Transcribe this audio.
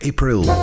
April